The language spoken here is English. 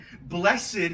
blessed